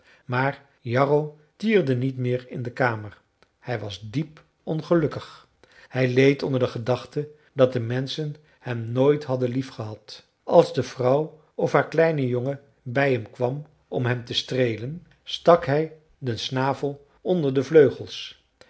maar jarro tierde niet meer in de kamer hij was diep ongelukkig hij leed onder de gedachte dat de menschen hem nooit hadden liefgehad als de vrouw of haar kleine jongen bij hem kwam om hem te streelen stak hij den snavel onder de vleugels